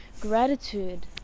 gratitude